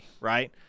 right